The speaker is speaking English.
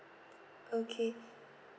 okay